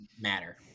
matter